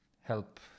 help